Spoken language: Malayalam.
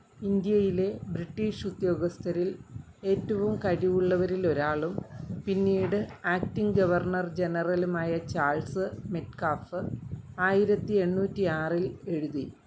ഇന്ഡ്യയിലെ ബ്രിട്ടീഷ് ഉദ്യോഗസ്ഥരിൽ ഏറ്റവും കഴിവുള്ളവരിൽ ഒരാളും പിന്നീട് ആക്റ്റിംഗ് ഗവർണർ ജനറലുമായ ചാൾസ് മെറ്റ്കാഫ് ആയിരത്തി എണ്ണൂറ്റി ആറിൽ എഴുതി